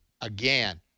again